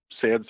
sad